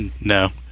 No